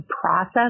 process